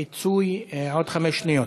פיצוי, עוד חמש שניות.